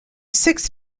sixth